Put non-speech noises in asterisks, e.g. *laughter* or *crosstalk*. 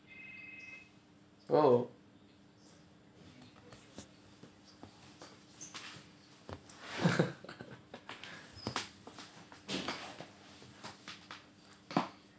oh *laughs*